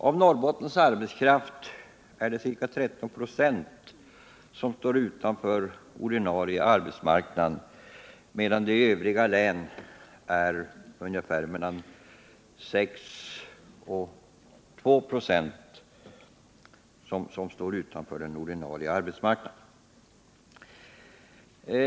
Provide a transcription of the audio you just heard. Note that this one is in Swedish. Av Norrbottens arbetskraft är ca 13 26 utanför den ordinarie arbetsmarknaden, medan i övriga län detta procenttal varierar mellan ca 6 och 2.